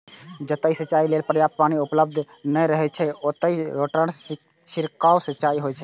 जतय सिंचाइ लेल पर्याप्त पानि उपलब्ध नै रहै छै, ओतय रोटेटर सं छिड़काव सिंचाइ होइ छै